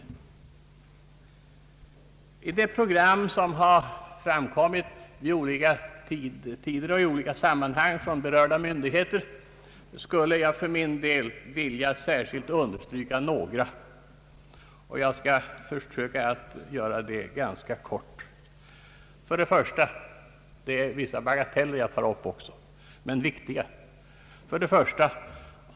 Bland de förslag som framkommit vid olika tidpunkter och i olika sammanhang från berörda myndigheter önskar jag särskilt understryka några, och jag skall försöka göra det ganska kort. Det är en del bagateller som jag också tar upp, men även de är viktiga. 1.